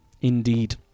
indeed